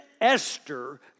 Esther